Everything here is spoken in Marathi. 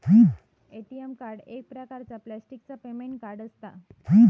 ए.टी.एम कार्ड एक प्रकारचा प्लॅस्टिकचा पेमेंट कार्ड असता